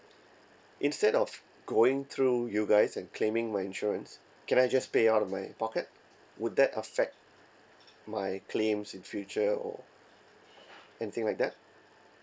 instead of going through you guys and claiming my insurance can I just pay out of my pocket would that affect my claims in future or anything like that